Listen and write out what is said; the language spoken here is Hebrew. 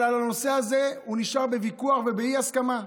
אבל הנושא הזה נשאר בוויכוח ובאי-הסכמה.